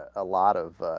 a lot of